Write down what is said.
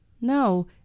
No